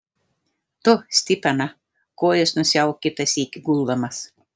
tu stipena kojas nusiauk kitą sykį guldamas